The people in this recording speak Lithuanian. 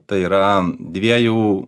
tai yra dviejų